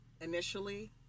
initially